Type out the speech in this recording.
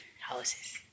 houses